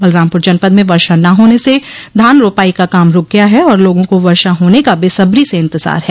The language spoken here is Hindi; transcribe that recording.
बलरामपुर जनपद में वर्षा न होने से धान रोपाई का काम रूक गया है और लोगों को वर्षा होने का बेसबो से इंतजार है